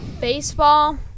Baseball